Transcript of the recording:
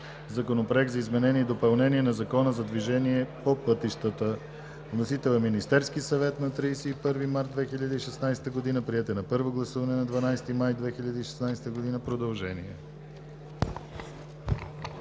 Законопроект за изменение и допълнение на Закона за движението по пътищата. Вносител е Министерският съвет на 31 март 2016 г. Приет е на първо гласуване на 12 май 2016 г., продължение.